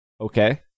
okay